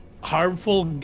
Harmful